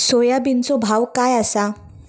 सोयाबीनचो भाव काय आसा?